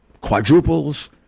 quadruples